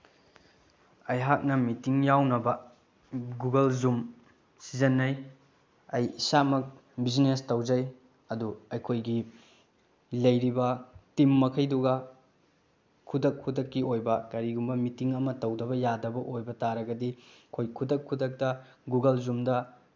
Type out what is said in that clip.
ꯑꯩꯍꯥꯛꯅ ꯃꯤꯇꯤꯡ ꯌꯥꯎꯅꯕ Google Zoom ꯁꯤꯖꯤꯟꯅꯩ ꯑꯩ ꯏꯁꯥꯃꯛ ꯕꯤꯖꯤꯅꯦꯁ ꯇꯧꯖꯩ ꯑꯗꯨ ꯑꯩꯈꯣꯏꯒꯤ ꯂꯩꯔꯤꯕ ꯇꯤꯝ ꯃꯈꯩꯗꯨꯒ ꯈꯨꯗꯛ ꯈꯨꯗꯛꯀꯤ ꯑꯣꯏꯕ ꯀꯔꯤꯒꯨꯝꯕ ꯃꯤꯇꯤꯡ ꯑꯃ ꯇꯧꯗꯕ ꯌꯥꯗꯕ ꯑꯣꯏꯕ ꯇꯥꯔꯒꯗꯤ ꯑꯩꯈꯣꯏ ꯈꯨꯗꯛ ꯈꯨꯗꯛꯇ ꯒꯨꯒꯜ ꯖꯨꯝꯗ